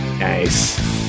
Nice